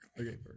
Okay